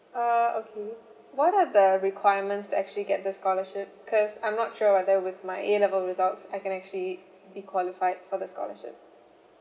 ah okay what are the requirements to actually get the scholarship cause I'm not sure whether with my A level results I can actually be qualified for the scholarship